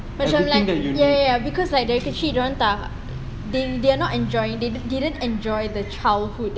macam like ya ya ya because like dari kecil dia orang tak they they are not enjoying they didn't enjoy the childhood